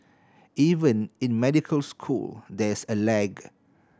even in medical school there's a lag